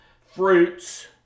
fruits